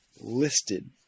listed